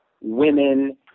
women